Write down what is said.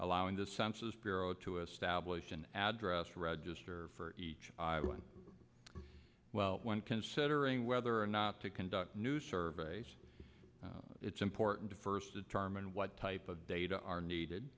allowing the census bureau to establish an address register for each one well when considering whether or not to conduct new surveys it's important to first determine what type of data are needed